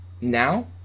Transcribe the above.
Now